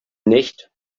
nicht